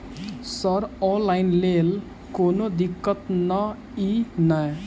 Sir online लैल कोनो दिक्कत न ई नै?